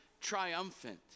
triumphant